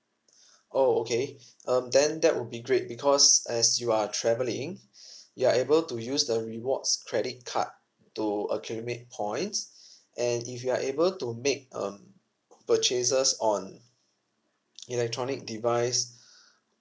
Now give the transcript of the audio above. oh okay um then that would be great because as you are travelling you are able to use the rewards credit card to accumulate points and if you are able to make um purchases on electronic device